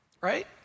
Right